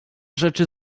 rzeczy